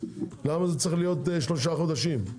למה צריך בשביל זה שלושה חודשים?